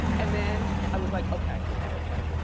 and then i was like, okay, okay, okay.